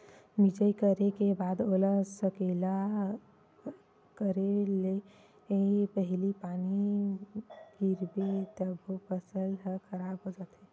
मिजई करे के बाद ओला सकेला करे ले पहिली पानी गिरगे तभो फसल ह खराब हो जाथे